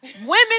Women